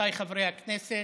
רבותיי חברי הכנסת,